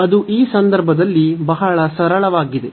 ಅದು ಈ ಸಂದರ್ಭದಲ್ಲಿ ಬಹಳ ಸರಳವಾಗಿದೆ